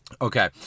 Okay